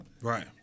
Right